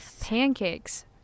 pancakes